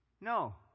No